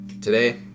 Today